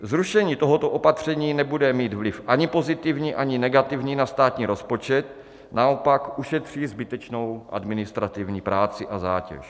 Zrušení tohoto opatření nebude mít vliv ani pozitivní, ani negativní na státní rozpočet, naopak ušetří zbytečnou administrativní práci a zátěž.